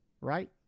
right